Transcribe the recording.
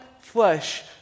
flesh